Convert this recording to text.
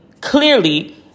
clearly